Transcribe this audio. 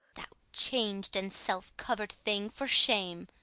thou changed and self-cover'd thing, for shame!